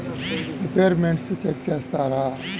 Repayments check చేస్తారా?